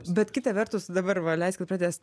bet kita vertus dabar va leiskit pratęst